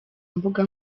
mbuga